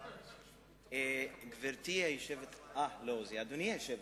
אדוני היושב-ראש, אדוני השר,